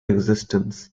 existence